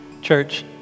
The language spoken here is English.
Church